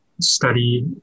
study